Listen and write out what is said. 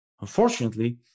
Unfortunately